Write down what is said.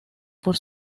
por